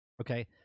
Okay